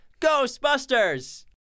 Ghostbusters